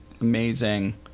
amazing